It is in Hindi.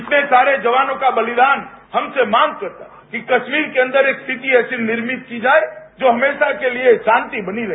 इतने सारे जवानों का बलिदान हमसे मांग करता है कि कश्मीर के अंदर एक स्थिति ऐसी निर्मित की जाए जो हमेशा के लिए शांति बनी रहे